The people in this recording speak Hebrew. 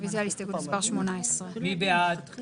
מה עושה הוועדה כשמתעוררת בעיה?